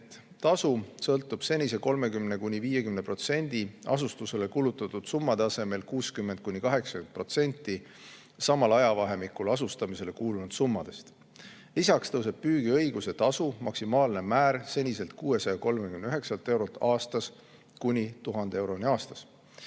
tasu sõltub senise 30–50% asustusele kulutatud summade asemel 60–80%‑st samal ajavahemikul asustamisele kulunud summadest. Lisaks tõuseb püügiõiguse tasu maksimaalne määr seniselt 639 eurolt aastas kuni 1000 euroni aastas.